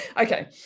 Okay